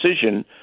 decision